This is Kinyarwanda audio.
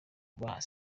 rwa